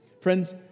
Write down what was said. Friends